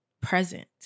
present